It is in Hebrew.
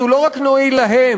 אנחנו לא רק נועיל להם,